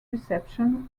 reception